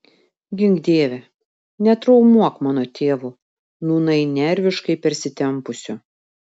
gink dieve netraumuok mano tėvo nūnai nerviškai persitempusio